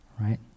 right